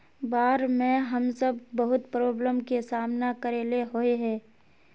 बाढ में हम सब बहुत प्रॉब्लम के सामना करे ले होय है?